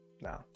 No